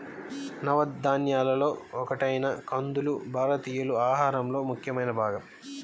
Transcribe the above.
నవధాన్యాలలో ఒకటైన కందులు భారతీయుల ఆహారంలో ముఖ్యమైన భాగం